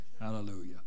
Hallelujah